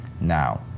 Now